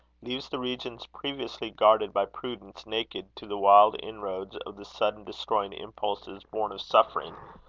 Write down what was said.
leaves the regions previously guarded by prudence naked to the wild inroads of the sudden destroying impulses born of suffering,